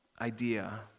idea